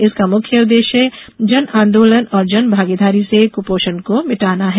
इसका मुख्य उद्देश्य जन आंदोलन और जनभागीदारी से क्पोषण को मिटाना है